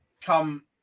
come